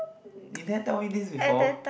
you never tell me this before